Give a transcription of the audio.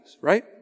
right